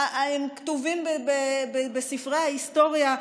הם כתובים בספרי ההיסטוריה,